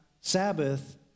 Sabbath